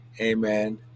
amen